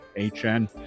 HN